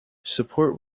support